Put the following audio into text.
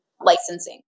licensing